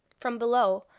from below,